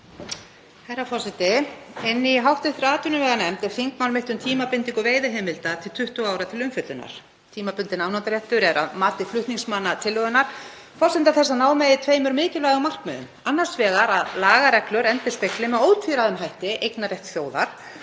Herra forseti. Inni í hv. atvinnuveganefnd er þingmál mitt um tímabindingu veiðiheimilda til 20 ára til umfjöllunar. Tímabundinn afnotaréttur er að mati flutningsmanna tillögunnar forsenda þess að ná megi tveimur mikilvægum markmiðum, annars vegar að lagareglur endurspegli með ótvíræðum hætti eignarrétt þjóðar